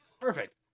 Perfect